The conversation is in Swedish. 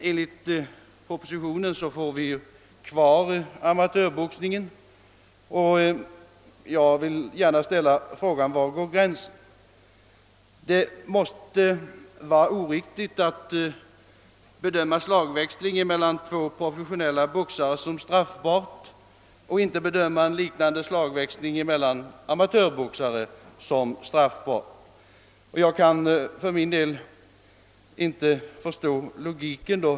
Enligt propositionen lämnas amatörboxningen utanför, och jag vill gärna ställa frågan: Var går gränsen? Det måste vara oriktigt att bedöma slagväxling mellan två professionella boxare som straffbar men inte bedöma en liknande slagväxling mellan amatör boxare som straffbar. Jag kan inte förstå logiken i det.